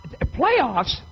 Playoffs